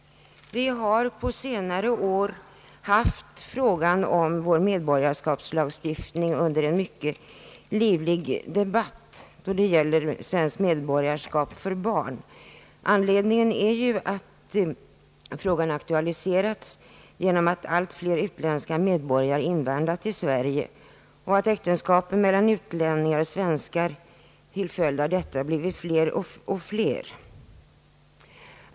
Vi har på senare år haft frågan om vår medborgarskapslagstiftning under en mycket livlig debatt då det gäller svenskt medborgarskap för barn. Frågan har aktualiserats genom att allt flera utländska medborgare har invandrat till Sverige och att äktenskap mellan utlänningar och svenskar till följd av detta har blivit fler och fler.